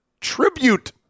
tribute